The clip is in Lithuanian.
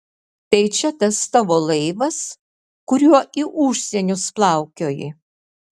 tai čia tas tavo laivas kuriuo į užsienius plaukioji